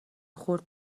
خورد